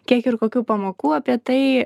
kiek ir kokių pamokų apie tai